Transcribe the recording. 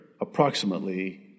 approximately